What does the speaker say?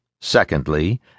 secondly